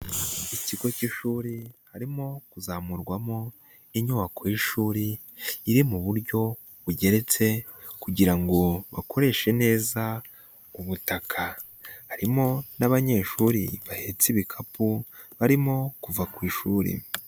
Ikigo cy'ishuri harimo kuzamurwamo inyubako y'ishuri iri mu buryo bugeretse kugira ngo bakoreshe neza ubutaka, harimo n'abanyeshuri bahetse ibikapu barimo kuva ku ishuri.